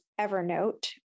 Evernote